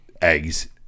eggs